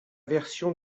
version